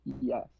yes